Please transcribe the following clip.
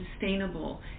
sustainable